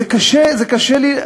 זה קשה לי.